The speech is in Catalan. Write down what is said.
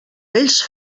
vells